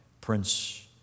Prince